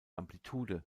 amplitude